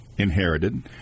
Inherited